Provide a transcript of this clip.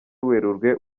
werurwe